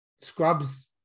scrubs